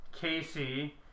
Casey